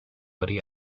woody